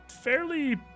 fairly